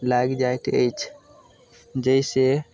लागि जाइत अछि जाहि सऽ